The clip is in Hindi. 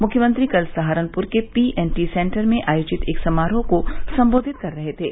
मुख्यमंत्री कल सहारनपुर के पीएटी सेन्टर में आयोजित एक समारोह को सम्बोधित कर रहे थे